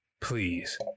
please